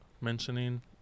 mentioning